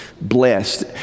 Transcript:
blessed